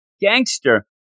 gangster